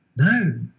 no